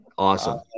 Awesome